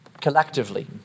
collectively